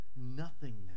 nothingness